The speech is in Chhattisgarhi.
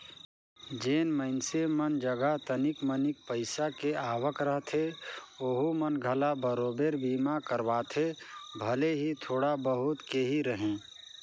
जेन मइनसे मन जघा तनिक मनिक पईसा के आवक रहथे ओहू मन घला बराबेर बीमा करवाथे भले ही थोड़ा बहुत के ही रहें